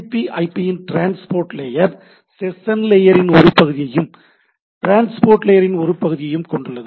B IP இன் TCP IP transport layer session லேயரின் ஒரு பகுதியையும் டிரான்ஸ்போர்ட் லேயரின் ஒரு பகுதியையும் கொண்டுள்ளது